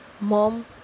Mom